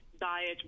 diet